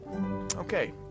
Okay